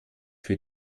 für